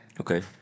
okay